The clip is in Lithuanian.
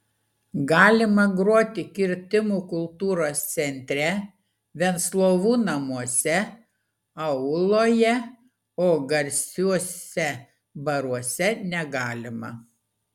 galima groti kirtimų kultūros centre venclovų namuose auloje o garsiuose baruose negalima